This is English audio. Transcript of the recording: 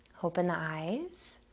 open the eyes.